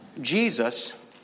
Jesus